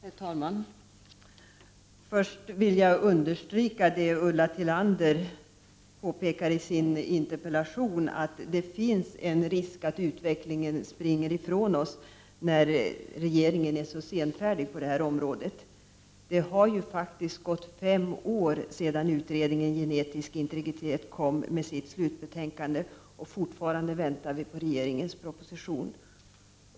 Herr talman! Först vill jag understryka det Ulla Tillander påpekar i sin interpellation, nämligen att det finns en risk att utvecklingen springer ifrån oss, när regeringen är så senfärdig på det här området. Det har ju faktiskt gått fem år sedan utredningen kom med sitt slutbetänkande Genetisk integritet, och fortfarande väntar vi på regeringens proposition.